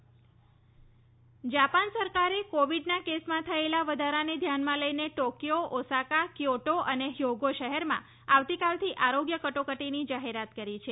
Japan કટોકટી Japan સરકારે કોવિડના કેસમાં થયેલ વધારાને ધ્યાનમાં લઇને ટોકિયો ઓસાકા ક્યોટો અને હ્યોગો શહેરોમાં આવતીકાલથી આરોગ્ય કટોકટીની જાહેરાત કરી છે